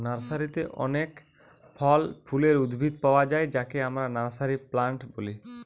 নার্সারিতে অনেক ফল ফুলের উদ্ভিদ পায়া যায় যাকে আমরা নার্সারি প্লান্ট বলি